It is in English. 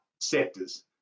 sectors